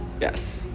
Yes